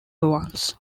ones